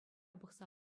пӑхса